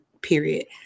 Period